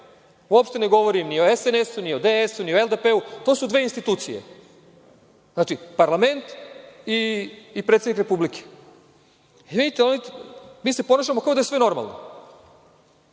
Uopšte ne govorim ni o SNS-u, ni o DS, ni o LDP, to su dve institucije. Znači parlament i predsednik Republike. Mi se ponašamo kao da je sve normalno.